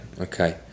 okay